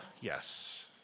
yes